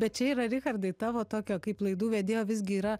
bet čia yra richardai tavo tokio kaip laidų vedėjo visgi yra